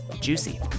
juicy